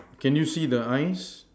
can you see the eyes